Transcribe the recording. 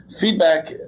feedback